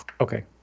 Okay